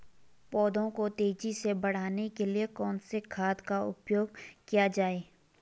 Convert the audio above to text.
पौधों को तेजी से बढ़ाने के लिए कौन से खाद का उपयोग किया जाए?